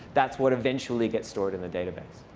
that's what eventually gets stored in the database.